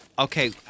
Okay